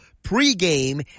Pre-game